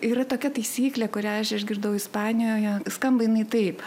yra tokia taisyklė kurią aš išgirdau ispanijoje skamba jinai taip